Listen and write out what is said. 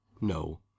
No